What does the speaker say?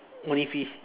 only fish